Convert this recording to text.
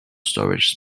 storage